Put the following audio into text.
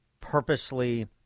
purposely